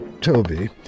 Toby